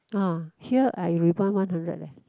uh here I rebond one hundred leh